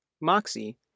Moxie